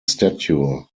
stature